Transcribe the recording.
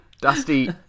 Dusty